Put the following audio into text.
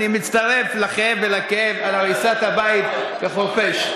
אני מצטרף לכאב על הריסת הבית בחורפיש.